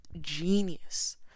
genius